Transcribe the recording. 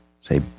say